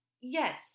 yes